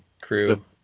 crew